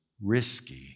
risky